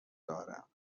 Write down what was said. دارم